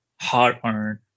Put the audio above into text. hard-earned